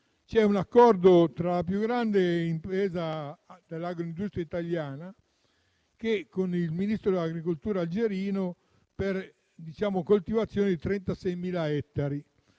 c'è un accordo tra la più grande impresa nell'agroindustria italiana e il Ministero dell'agricoltura algerino per coltivazioni su 36.000 ettari.